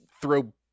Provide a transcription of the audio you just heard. throw